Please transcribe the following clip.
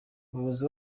umuyobozi